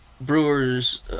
brewers